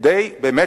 כדי באמת